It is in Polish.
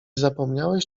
zapomniałeś